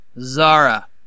Zara